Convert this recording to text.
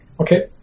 Okay